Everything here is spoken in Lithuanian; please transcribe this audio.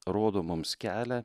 rodo mums kelią